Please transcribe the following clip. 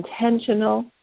intentional